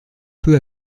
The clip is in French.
peu